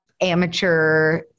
amateur